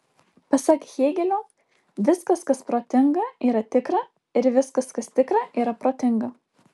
pasak hėgelio viskas kas protinga yra tikra ir viskas kas tikra yra protinga